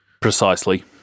Precisely